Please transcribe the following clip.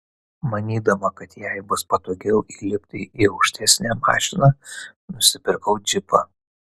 manydama kad jai bus patogiau įlipti į aukštesnę mašiną nusipirkau džipą